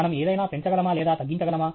మనం ఏదైనా పెంచగలమా లేదా తగ్గించగలమా